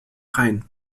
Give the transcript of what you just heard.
rhein